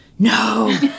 no